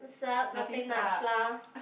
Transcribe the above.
what's up nothing much lah